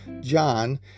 John